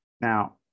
Now